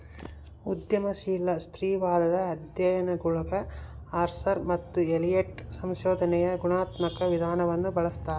ಉದ್ಯಮಶೀಲ ಸ್ತ್ರೀವಾದದ ಅಧ್ಯಯನಗುಳಗಆರ್ಸರ್ ಮತ್ತು ಎಲಿಯಟ್ ಸಂಶೋಧನೆಯ ಗುಣಾತ್ಮಕ ವಿಧಾನವನ್ನು ಬಳಸ್ತಾರೆ